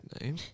name